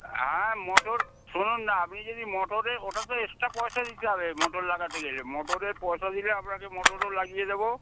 হ্যাঁ মোটর শুনুন না আপনি যদি মোটরে ওটা তো এক্সট্রা পয়সা দিতে হবে মোটর লাগাতে গেলে মোটরের পয়সা দিলে আপনাকে মোটরও লাগিয়ে দেবো